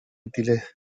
útiles